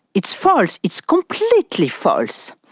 it's false, it's completely false.